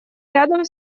рядом